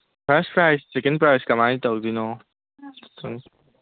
first ꯄ꯭ꯔꯥꯖ ꯁꯦꯀꯦꯟ ꯄ꯭ꯔꯥꯖ ꯀꯃꯥꯏꯅ ꯇꯧꯗꯣꯏꯅꯣ